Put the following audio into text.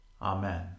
Amen